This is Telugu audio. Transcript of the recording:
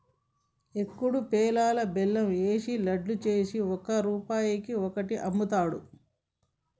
ఏకుడు పేలాలల్లా బెల్లం ఏషి లడ్డు చేసి ఒక్క రూపాయికి ఒక్కటి అమ్ముతాండ్రు